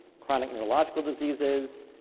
chronic neurological diseases,